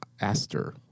Aster